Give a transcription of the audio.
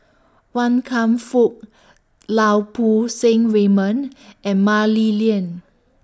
Wan Kam Fook Lau Poo Seng Raymond and Mah Li Lian